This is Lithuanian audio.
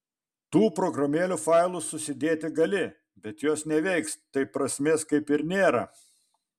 tų programėlių failus susidėti gali bet jos neveiks tai prasmės kaip ir nėra